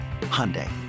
Hyundai